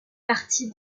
partie